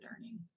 learning